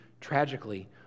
tragically